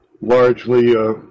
largely